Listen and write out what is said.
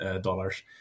dollars